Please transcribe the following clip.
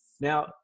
Now